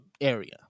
area